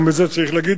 גם את זה צריך להגיד.